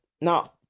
No